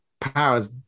powers